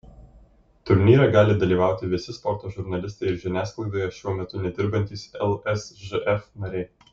turnyre gali dalyvauti visi sporto žurnalistai ir žiniasklaidoje šiuo metu nedirbantys lsžf nariai